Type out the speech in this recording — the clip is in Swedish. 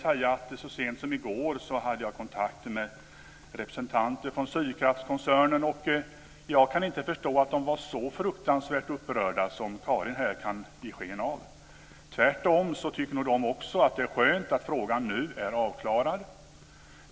Så sent som i går hade jag kontakter med representanter från Sydkraftskoncernen, och jag kan inte förstå att de var så fruktansvärt upprörda som Karin Falkmer ger sken av. Tvärtom tycker nog de också att det är skönt att frågan nu är avklarad.